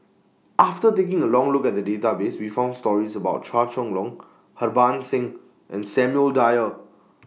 after taking A Look At The Database We found stories about Chua Chong Long Harbans Singh and Samuel Dyer